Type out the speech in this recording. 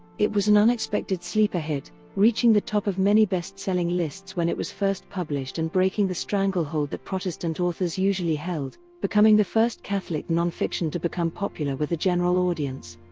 it was an unexpected sleeper hit, hit, reaching the top of many bestselling lists when it was first published and breaking the stranglehold that protestant authors usually held, becoming the first catholic non-fiction to become popular with a general audience.